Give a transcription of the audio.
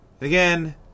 again